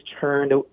turned